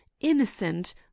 innocent